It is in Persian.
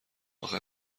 اخه